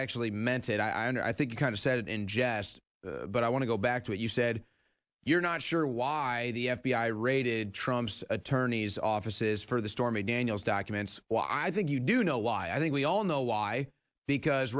actually meant it i mean i think it kind of said in jest but i want to go back to what you said you're not sure why the f b i raided trump's attorney's offices for the stormy daniels documents why i think you do know why i think we all know why because